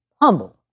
humble